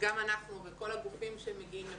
גם אנחנו וגם כל הגופים שמגיעים לפה,